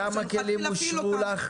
כמה כלים אושרו לך?